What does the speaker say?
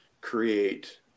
create